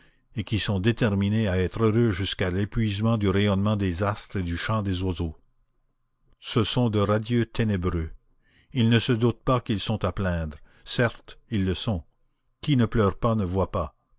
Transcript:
et qui sont déterminés à être heureux jusqu'à épuisement du rayonnement des astres et du chant des oiseaux ce sont de radieux ténébreux ils ne se doutent pas qu'ils sont à plaindre certes ils le sont qui ne pleure pas ne voit pas